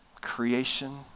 Creation